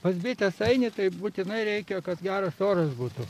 pas bites eini tai būtinai reikia kad geras oras būtų